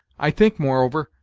i think, moreover,